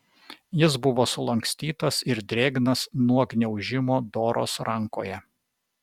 jis buvo sulankstytas ir drėgnas nuo gniaužimo doros rankoje